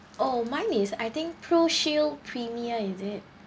oh mine is I think pro shield premier is it